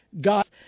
got